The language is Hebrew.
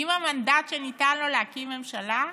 עם המנדט שניתן לו להקים ממשלה,